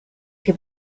che